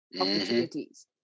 opportunities